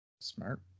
Smart